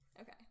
Okay